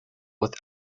with